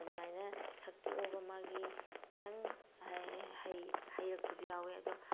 ꯑꯗꯨꯃꯥꯏꯅ ꯁꯛꯇꯣꯛꯂꯒ ꯃꯥꯒꯤ ꯈꯤꯇꯪ ꯍꯩꯔꯛꯄꯁꯨ ꯌꯥꯎꯑꯦ ꯑꯗꯣ